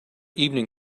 evening